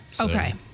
Okay